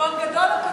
חשבון גדול או קטן?